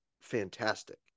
fantastic